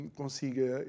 consiga